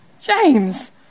James